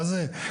מה זה,